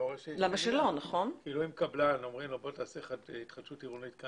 אם לקבלן אומרים בוא תעשה התחדשות עירונית,